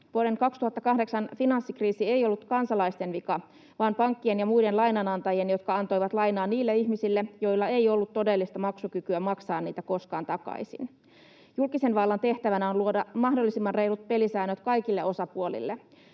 Vuoden 2008 finanssikriisi ei ollut kansalaisten vika vaan pankkien ja muiden lainanantajien, jotka antoivat lainaa niille ihmisille, joilla ei ollut todellista maksukykyä maksaa sitä koskaan takaisin. Julkisen vallan tehtävänä on luoda mahdollisimman reilut pelisäännöt kaikille osapuolille.